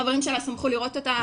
חברים שלה שמחו לראות אותה ,